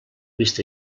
vist